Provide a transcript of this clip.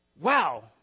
Wow